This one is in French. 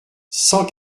cent